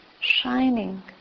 shining